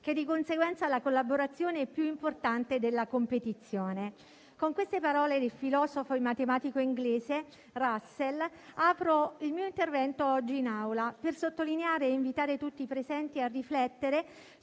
Che di conseguenza la collaborazione è più importante della competizione». Con queste parole del filosofo e matematico inglese Russell apro il mio intervento oggi in Aula per sottolineare e invitare tutti i presenti a riflettere